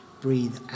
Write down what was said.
Breathe